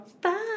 Bye